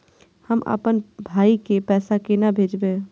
हम आपन भाई के पैसा केना भेजबे?